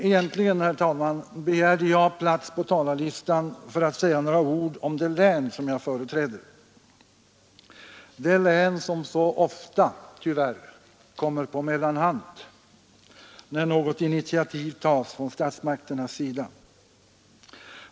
Egentligen, herr talman, begärde jag plats på talarlistan för att säga några ord om det län som jag företräder — det län som så ofta tyvärr kommer på mellanhand när något initiativ tas från statsmakternas sida.